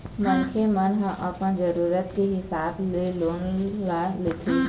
मनखे मन ह अपन जरुरत के हिसाब ले लोन ल लेथे